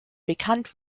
bekannt